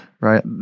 right